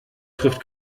trifft